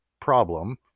problem